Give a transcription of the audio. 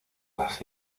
las